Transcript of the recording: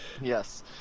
Yes